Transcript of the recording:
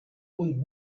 und